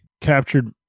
captured